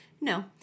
no